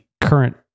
current